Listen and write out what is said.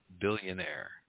billionaire